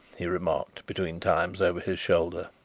he remarked between times over his shoulder.